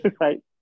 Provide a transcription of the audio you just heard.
right